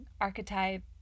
archetype